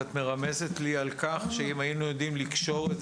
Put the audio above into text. את מרמזת לי על כך שאם היינו יודעים לקשור את